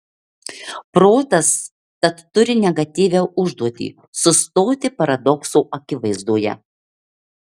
protas tad turi negatyvią užduotį sustoti paradokso akivaizdoje